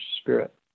spirit